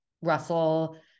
Russell